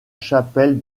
chapelle